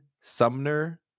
Sumner